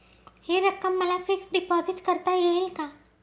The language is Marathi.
हि रक्कम मला फिक्स डिपॉझिट करता येईल का?